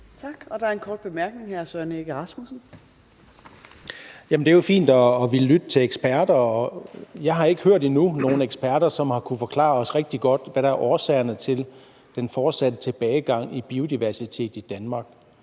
hr. Søren Egge Rasmussen. Kl. 18:12 Søren Egge Rasmussen (EL): Det er jo fint at ville lytte til eksperter, og jeg har endnu ikke hørt nogen eksperter, som har kunnet forklare os rigtig godt, hvad årsagerne til den fortsatte tilbagegang i biodiversiteten i Danmark